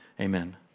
amen